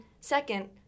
second